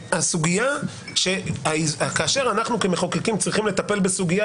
כאשר אנחנו כמחוקקים צריכים לטפל בסוגיה,